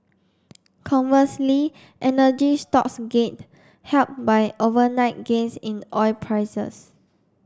conversely energy stocks gained helped by overnight gains in oil prices